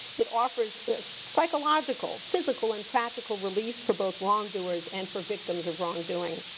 it offers psychological, physical and practical relief for both wrongdoers and for victims of wrongdoing.